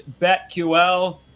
BetQL